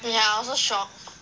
ya I also shocked